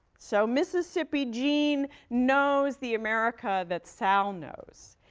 so, mississippi gene knows the america that sal knows,